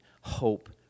hope